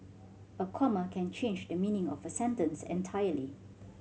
a comma can change the meaning of a sentence entirely